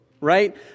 right